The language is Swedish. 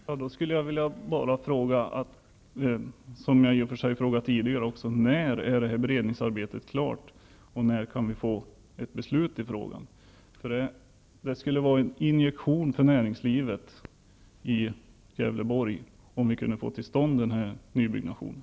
Herr talman! Jag skulle vilja upprepa en fråga. När blir beredningsarbetet klart, och när kan det fattas ett beslut i frågan? Om vi kunde få till stånd denna nybyggnation skulle det innebära en injektion för näringslivet i Gävleborg.